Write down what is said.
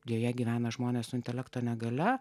joje gyvena žmonės su intelekto negalia